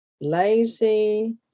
lazy